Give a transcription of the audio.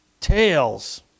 tails